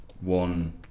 one